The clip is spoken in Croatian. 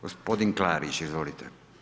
Gospodin Klarić, izvolite.